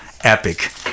epic